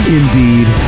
indeed